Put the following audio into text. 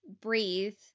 breathe